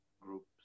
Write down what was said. groups